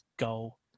goal